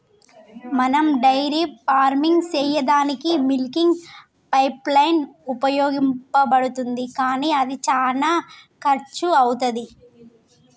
మనం dairy farming సెయ్యదానికీ milking pipeline ఉపయోగించబడుతుంది కానీ అది శానా కర్శు అవుతది